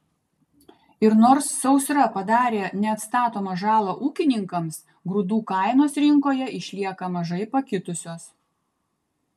ir nors sausra padarė neatstatomą žalą ūkininkams grūdų kainos rinkoje išlieka mažai pakitusios